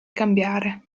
cambiare